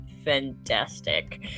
Fantastic